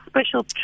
special